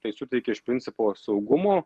tai suteikia iš principo saugumo